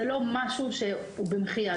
זה לא במחי יד.